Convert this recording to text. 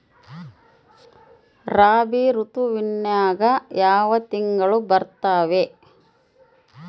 ರಾಬಿ ಋತುವಿನ್ಯಾಗ ಯಾವ ತಿಂಗಳು ಬರ್ತಾವೆ?